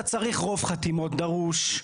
אתה צריך רוח חתימות דרוש,